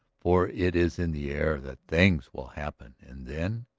for it is in the air that things will happen. and then,